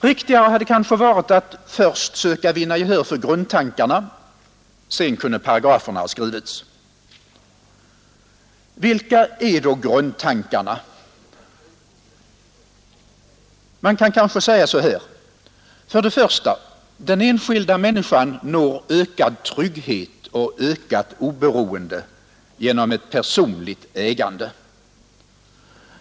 Riktigare hade nog varit att först söka vinna gehör för grundtankarna; därefter kunde paragraferna ha skrivits. Vilka är då grundtankarna? Ja, man kan säga så här: För det första: Den enskilda människan når ökad trygghet och ökat oberoende genom ett personligt ägande.